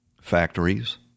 factories